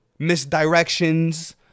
misdirections